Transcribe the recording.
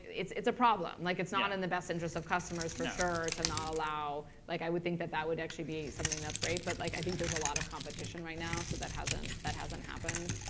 it's a problem. like it's not in the best interests of customers for sure to not allow like i would think that that would actually be something that's great. but like i think there's a lot of competition right now. so that hasn't that hasn't happened.